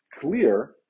clear